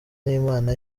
n’imana